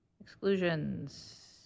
exclusions